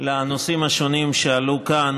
על הנושאים השונים שעלו כאן